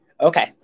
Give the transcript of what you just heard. okay